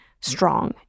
strong